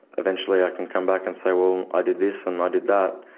eventually i can come back and say, well, i did this and i did that,